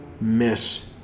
miss